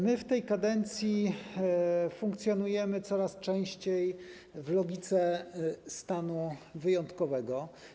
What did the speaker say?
My w tej kadencji funkcjonujemy coraz częściej w logice stanu wyjątkowego.